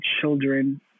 children